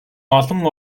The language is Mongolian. олон